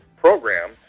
program